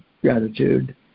gratitude